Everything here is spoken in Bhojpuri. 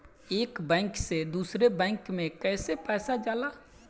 एक बैंक से दूसरे बैंक में कैसे पैसा जाला?